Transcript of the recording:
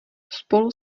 spolu